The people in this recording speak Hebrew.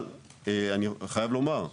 אבל אני חייב לומר,